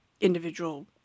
individual